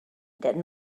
that